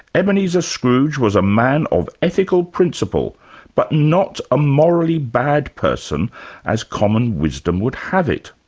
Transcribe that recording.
ebenezer scrooge was man of ethical principle but not a morally bad person as common wisdom would have it.